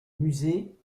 musée